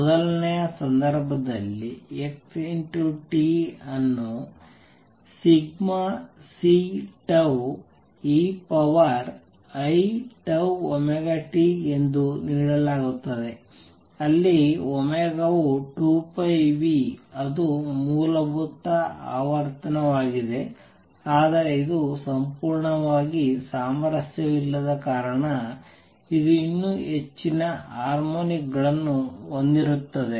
ಮೊದಲನೆಯ ಸಂದರ್ಭದಲ್ಲಿ x ಅನ್ನು ∑Ceiτωt ಎಂದು ನೀಡಲಾಗುತ್ತದೆ ಅಲ್ಲಿ is 2π ಅದು ಮೂಲಭೂತ ಆವರ್ತನವಾಗಿದೆ ಆದರೆ ಇದು ಸಂಪೂರ್ಣವಾಗಿ ಸಾಮರಸ್ಯವಿಲ್ಲದ ಕಾರಣ ಇದು ಇನ್ನೂ ಹೆಚ್ಚಿನ ಹಾರ್ಮೋನಿಕ್ ಗಳನ್ನು ಹೊಂದಿರುತ್ತದೆ